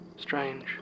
Strange